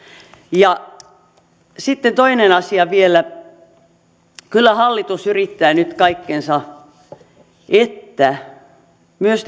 ja sitten toinen asia vielä kyllä hallitus yrittää nyt kaikkensa että myös